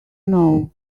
know